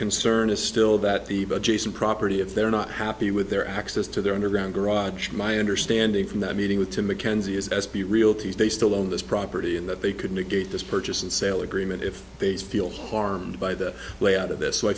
concern is still that the but jason property if they're not happy with their access to their underground garage my understanding from that meeting with the mckenzie is s p realties they still own this property in that they could negate this purchase and sale agreement if they feel harmed by the way out of this so i